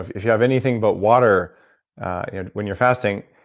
if if you have anything but water and when you're fasting.